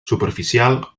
superficial